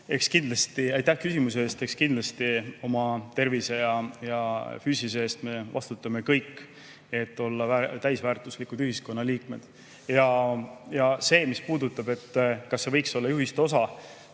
trenni tegema? Aitäh küsimuse eest! Eks kindlasti oma tervise ja füüsise eest me vastutame kõik, et olla täisväärtuslikud ühiskonnaliikmed. Ja mis puudutab seda, kas see võiks olla juhiste osa